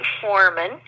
foreman